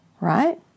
right